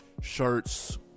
shirts